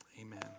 Amen